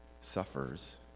suffers